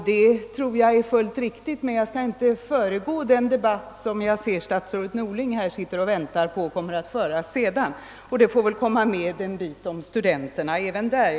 Det tror jag är fullt riktigt, men jag skall inte föregripa den debatt som jag ser att statsrådet Norling väntar på att få ta upp. Jag tror det är befogat att i den nämna också studenternas problem.